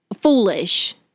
foolish